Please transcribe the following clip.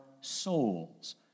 souls